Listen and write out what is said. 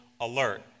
alert